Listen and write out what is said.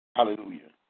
Hallelujah